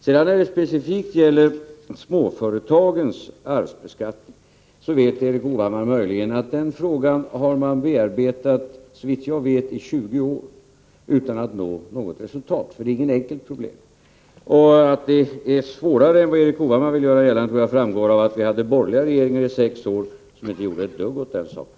När det sedan specifikt gäller småföretagens arvsbeskattning vet Erik Hovhammar möjligen att man har bearbetat den frågan länge, såvitt jag vet i 20 år, utan att nå något resultat. Det är alltså inget enkelt problem. Att det är svårare än vad Erik Hovhammar vill göra gällande tror jag framgår av att vi under sex år hade borgerliga regeringar som inte gjorde ett dugg åt den här saken.